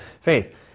faith